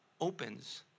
Opens